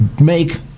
make